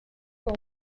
con